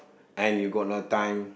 then you got no time